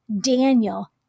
Daniel